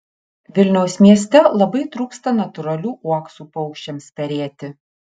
vilniaus mieste labai trūksta natūralių uoksų paukščiams perėti